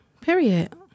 Period